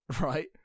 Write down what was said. right